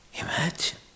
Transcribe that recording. Imagine